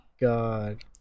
god